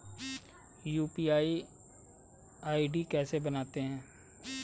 UPI ID कैसे बनाते हैं?